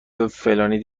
فلانی